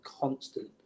constant